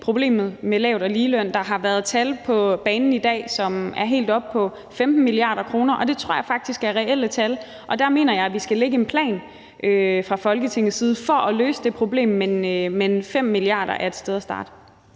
problemet med lavt- og ligeløn. Der har været tal på banen i dag, som er helt oppe på 15 mia. kr., og det tror jeg faktisk er reelle tal, og der mener jeg vi skal lægge en plan fra Folketingets side for at løse det problem. Men 5 mia. kr. er et sted at starte.